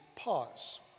Pause